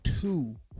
two